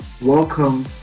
welcome